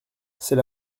c’est